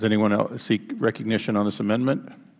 does anyone else seek recognition on this amendment